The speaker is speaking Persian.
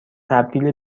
تبدیل